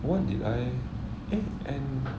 what did I eh and